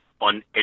on